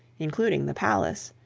including the palace,